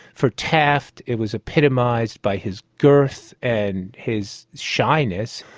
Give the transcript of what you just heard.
for taft, it was epitomised by his girth and his shyness.